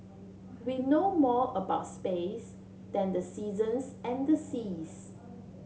we know more about space than the seasons and seas